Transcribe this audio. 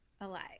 alive